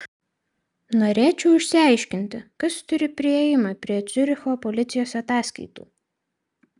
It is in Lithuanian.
norėčiau išsiaiškinti kas turi priėjimą prie ciuricho policijos ataskaitų